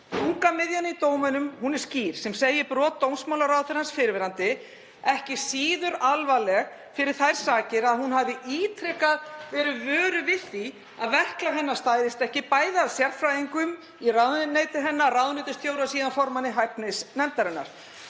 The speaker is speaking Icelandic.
Þungamiðjan í dóminum er skýr og segir brot dómsmálaráðherrans fyrrverandi ekki síður alvarleg fyrir þær sakir að hún hafi ítrekað verið vöruð við því að verklag hennar stæðist ekki, bæði af sérfræðingum í ráðuneyti hennar, ráðuneytisstjóra og síðan formanni hæfnisnefndarinnar.